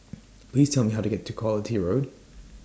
Please Tell Me How to get to Quality Road